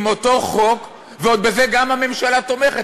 עם אותו חוק, וגם בזה הממשלה תומכת?